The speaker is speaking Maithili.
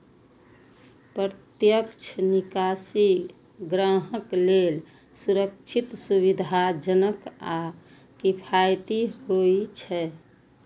प्रत्यक्ष निकासी ग्राहक लेल सुरक्षित, सुविधाजनक आ किफायती होइ छै